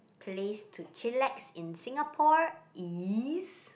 place to chillax in Singapore is